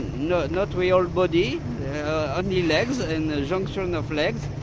not not real body, only legs, and junction of legs.